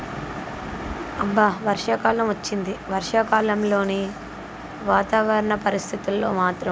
అబ్బా వర్షకాలం వచ్చింది వర్షకాలంలోని వాతావరణ పరిస్థితుల్లో మాత్రం